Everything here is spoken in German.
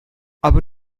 aber